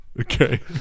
Okay